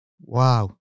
Wow